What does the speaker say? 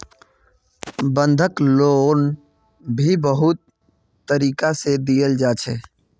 बंधक लोन भी बहुत तरीका से दियाल जा छे